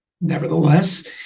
Nevertheless